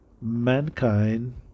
mankind